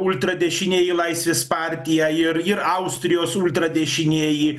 ultradešinieji laisvės partija ir ir austrijos ultradešinieji